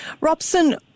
Robson